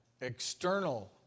external